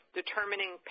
determining